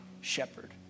shepherd